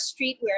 streetwear